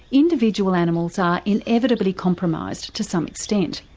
individual animals are inevitably compromised to some extent.